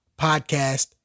Podcast